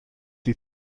die